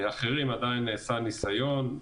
אחרים עדיין נעשה ניסיון.